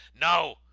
No